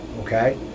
okay